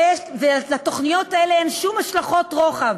לתוכניות האלה אין שום השלכות רוחב.